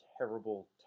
Terrible